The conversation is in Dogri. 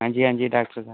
हांजी हांजी डाक्टर साह्ब